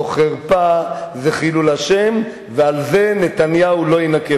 זאת חרפה, זה חילול השם, ועל זה נתניהו לא יינקה.